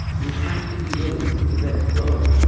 you have to be willing to let go,